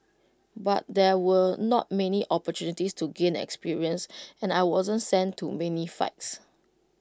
but there were not many opportunities to gain experience and I wasn't sent to many fights